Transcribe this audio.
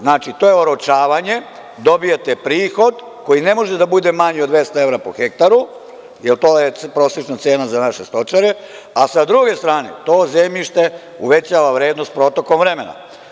Znači, to je oročavanje, dobijate prihod koji ne može da bude manji od 200 evra po hektaru, jer to je prosečna cena za naše stočare, a sa druge strane, to zemljište uvećava vrednost protokom vremena.